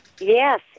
Yes